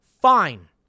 Fine